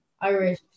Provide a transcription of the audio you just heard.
Irish